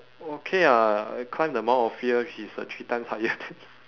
okay ah I climbed the mount ophir which is uh three times higher than